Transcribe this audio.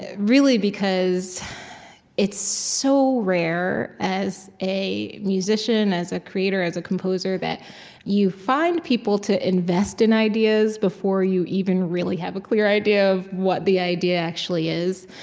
really, because it's so rare, as a musician, as a creator, as a composer, that you find people to invest in ideas before you even really have a clear idea of what the idea actually is.